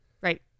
Right